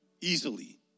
easily